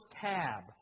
tab